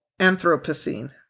Anthropocene